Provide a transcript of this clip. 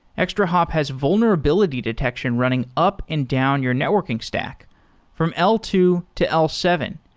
extrahop has vulnerability detection running up and down your networking stack from l two to l seven.